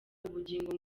ubugingo